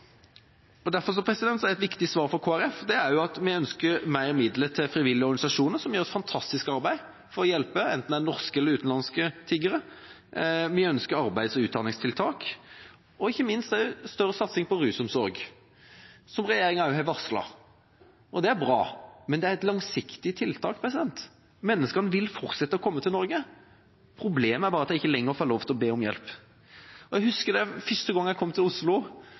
arbeid. Derfor er et viktig svar fra Kristelig Folkeparti at vi ønsker mer midler til frivillige organisasjoner, som gjør et fantastisk arbeid for å hjelpe, enten det er norske eller det er utenlandske tiggere. Vi ønsker arbeids- og utdanningstiltak og ikke minst større satsing på rusomsorg, som regjeringa også har varslet – og det er bra, men det er et langsiktig tiltak. Mennesker vil fortsette å komme til Norge. Problemet er bare at de ikke lenger får lov til å be om hjelp. Jeg husker den første gangen jeg kom til Oslo